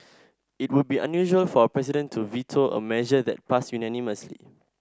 it would be unusual for a president to veto a measure that passed unanimously